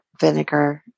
vinegar